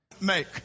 Make